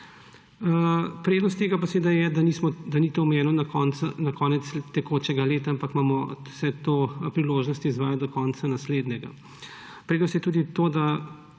Prednost tega pa je, da to ni omejeno na konec tekočega leta, ampak imamo vse to priložnost izvajati do konca naslednjega. Prednost je tudi to, da